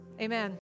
Amen